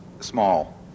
small